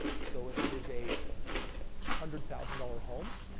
so if it is a hundred thousand dollar home,